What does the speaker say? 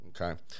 okay